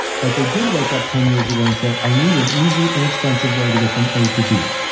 but they did wake up ten years ago and say i need an easy, inexpensive way to get from a to b.